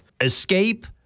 Escape